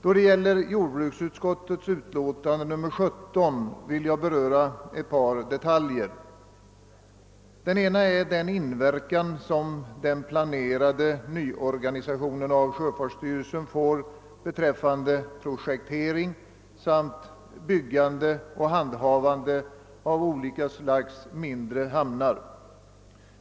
Beträffande jordbruksutskottets utlåtande nr 17 vill jag beröra ett par detaljer. Den ena gäller den inverkan som den planerade nyorganisationen av sjöfartsstyrelsen får beträffande projektering samt byggande och handhavande av olika slags mindre hamnar.